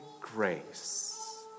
grace